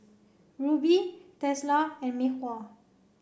Rubi Tesla and Mei Hua